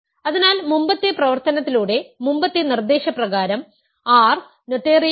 അതിനാൽ മുമ്പത്തെ പ്രവർത്തനത്തിലൂടെ മുമ്പത്തെ നിർദ്ദേശപ്രകാരം R നോതേറിയൻ അല്ല